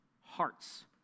hearts